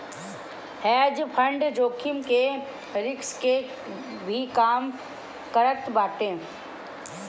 hedge fund जोखिम के risk के भी कम करत बाटे